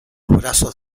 brazos